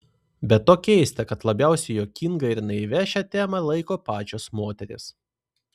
be to keista kad labiausiai juokinga ir naivia šią temą laiko pačios moterys